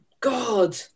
God